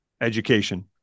education